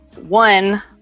one